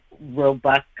robust